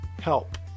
help